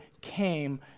came